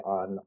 on